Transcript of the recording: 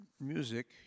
music